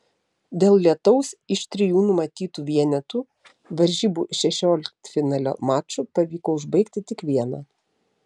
dėl lietaus iš trijų numatytų vienetų varžybų šešioliktfinalio mačų pavyko užbaigti tik vieną